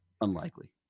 unlikely